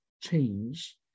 change